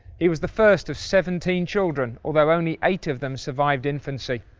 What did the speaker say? he was the first of seventeen children, although only eight of them survived infancy.